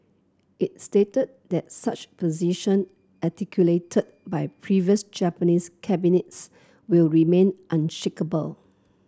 it stated that such position articulated by previous Japanese cabinets will remain unshakeable